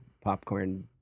popcorn